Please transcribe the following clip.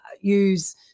use